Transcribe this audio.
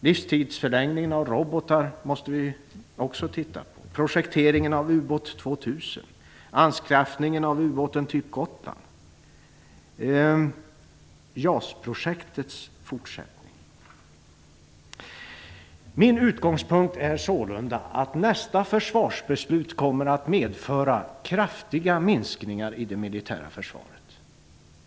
Vi måste också titta på viss tids-förlängningar av robotar, projekteringen av ubåt 2 000, anskaffningen av ubåt typ Min utgångspunkt är sålunda att nästa försvarsbeslut kommer att medföra kraftiga minskningar i det militära försvaret.